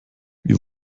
wir